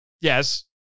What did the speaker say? Yes